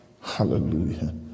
Hallelujah